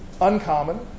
uncommon